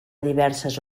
diverses